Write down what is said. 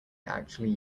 actually